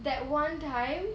that one time